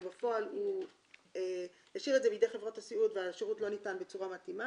ובפועל הוא השאיר את זה בידי חברת הסיעוד והשירות לא ניתן בצורה מתאימה,